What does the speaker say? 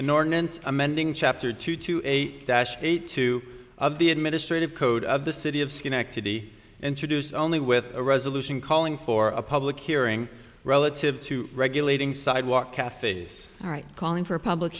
an ordinance amending chapter two to a dash eight two of the administrative code of the city of schenectady introduced only with a resolution calling for a public hearing relative to regulating sidewalk cafes calling for a public